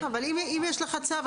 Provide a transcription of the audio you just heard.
אבל אם יש לך צו,